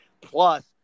plus